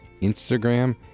Instagram